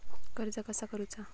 कर्ज कसा करूचा?